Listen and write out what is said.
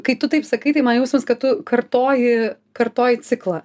kai tu taip sakai tai man jausmas kad tu kartoji kartoji ciklą